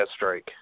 Deathstrike